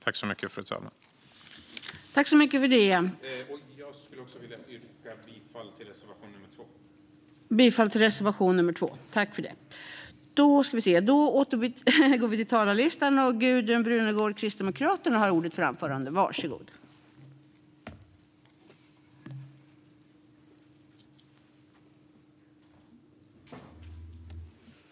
Jag yrkar bifall till reservation nummer 2.